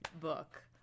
book